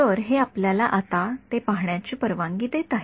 तर हे आपल्याला आता ते पाहण्याची परवानगी देत आहे